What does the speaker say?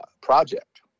project